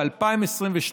ב-2022,